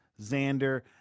Xander